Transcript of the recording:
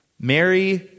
Mary